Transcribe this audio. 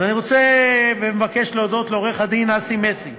אז אני רוצה ומבקש להודות לעורך-הדין אסי מסינג